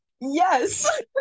Yes